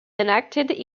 enacted